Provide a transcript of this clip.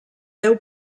deu